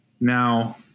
now